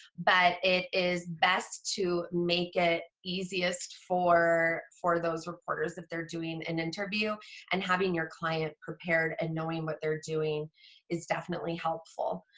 but it is best to make it easiest for for those reporters if they're doing an interview and having your client prepared and knowing what they're doing is definitely helpful.